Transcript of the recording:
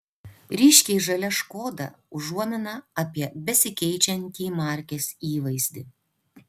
ryškiai žalia škoda užuomina apie besikeičiantį markės įvaizdį